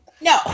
No